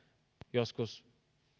joskus